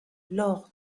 lors